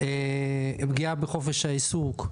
פגיעה בחופש העיסוק.